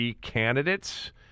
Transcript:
candidates